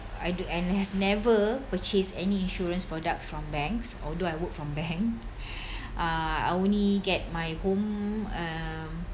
I do I have never purchased any insurance products from banks although I work from bank uh I only get my home uh